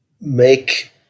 make